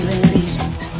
release